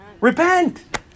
repent